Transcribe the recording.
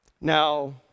Now